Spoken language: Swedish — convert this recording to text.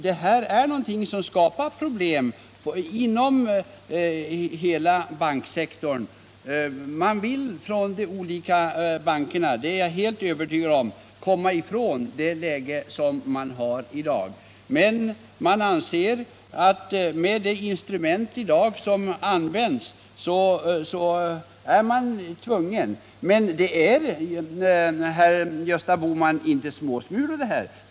Det här är en sak som skapar problem = s.k. strimlade lån i inom hela banksektorn. Jag är övertygad om att de olika bankerna vill — bostadsrättsförkomma ifrån dessa lån. Men med det läge vi i dag har anser man sig = eningar vara tvungen att använda detta instrument. Det är, herr Gösta Bohman, inte fråga om småsmulor.